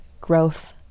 growth